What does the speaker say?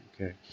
okay